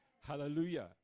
Hallelujah